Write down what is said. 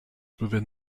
within